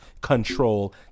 control